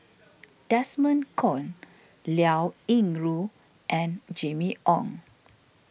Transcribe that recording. Desmond Kon Liao Yingru and Jimmy Ong